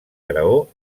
graó